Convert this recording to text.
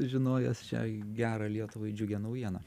žinojęs šią gerą lietuvai džiugią naujieną